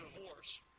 divorce